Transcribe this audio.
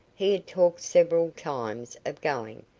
he had talked several times of going,